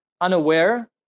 unaware